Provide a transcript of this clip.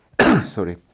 Sorry